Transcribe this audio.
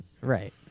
Right